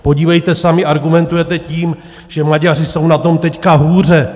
Podívejte, sami argumentujete tím, že Maďaři jsou na tom teď hůře.